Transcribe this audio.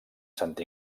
sant